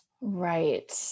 Right